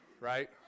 right